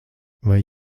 vai